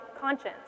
conscience